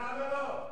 למה לא?